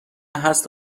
هست